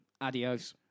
adios